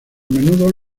menudo